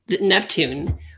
Neptune